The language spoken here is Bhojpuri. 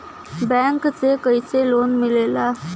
बैंक से कइसे लोन मिलेला?